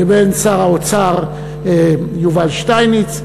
לבין שר האוצר יובל שטייניץ,